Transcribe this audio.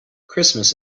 christmas